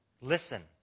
listen